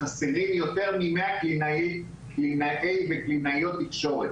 חסרים יותר ממאה קלינאי וקלינאיות תקשורת.